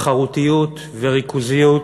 "תחרותיות" ו"ריכוזיות",